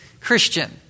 Christian